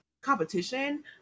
competition